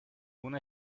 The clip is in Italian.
luna